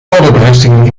orderbevestiging